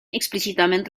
explícitament